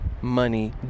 money